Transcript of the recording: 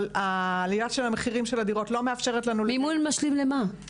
אבל עליית המחירים של הדירות לא מאפשרת לנו --- מימון משלים למה?